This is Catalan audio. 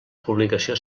publicació